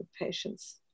patients